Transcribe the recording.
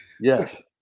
Yes